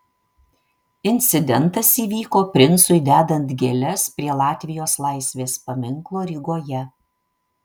incidentas įvyko princui dedant gėles prie latvijos laisvės paminklo rygoje